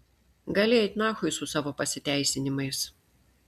gali eit nachui su savo pasiteisinimais